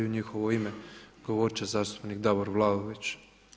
U njihovo ime govoriti će zastupnik Davor Vlaović.